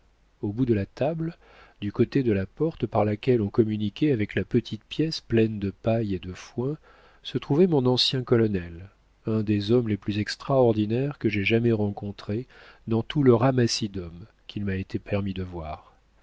au bout de la table du côté de la porte par laquelle on communiquait avec la petite pièce pleine de paille et de foin se trouvait mon ancien colonel un des hommes les plus extraordinaires que j'aie jamais rencontrés dans tout le ramassis d'hommes qu'il m'a été permis de voir